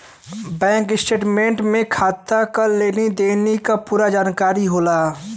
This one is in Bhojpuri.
बैंक स्टेटमेंट में खाता के लेनी देनी के पूरा जानकारी होला